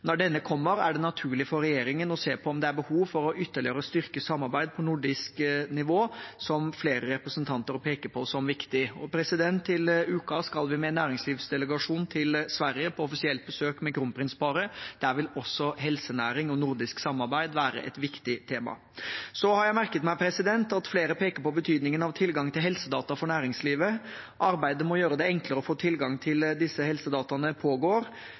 Når denne kommer, er det naturlig for regjeringen å se på om det er behov for ytterligere å styrke samarbeidet på nordisk nivå, som flere representanter peker på som viktig. Til uken skal vi, med en næringslivsdelegasjon, til Sverige på offisielt besøk med kronprinsparet. Der vil også helsenæringen og nordisk samarbeid være et viktig tema. Så har jeg merket meg at flere peker på betydningen av tilgang til helsedata for næringslivet. Arbeidet med å gjøre det enklere å få tilgang til disse helsedataene pågår.